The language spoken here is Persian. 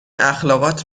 اخلاقات